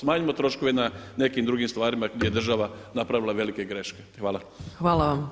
Smanjimo troškove na nekim drugim stvarima gdje je država napravila velike greške.